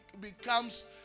becomes